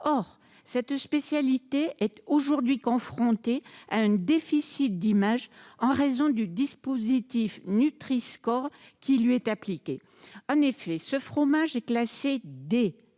Or cette spécialité est aujourd'hui confrontée à un déficit d'image en raison du dispositif Nutri-score qui lui est appliqué. En effet, elle est classée D